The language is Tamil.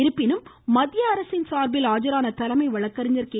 இருப்பினும் மத்திய அரசின் சார்பில் ஆஜரான தலைமை வழக்கறிஞர் கே